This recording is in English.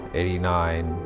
Eighty-nine